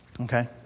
Okay